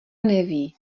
neví